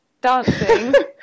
dancing